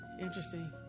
Interesting